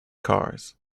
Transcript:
cars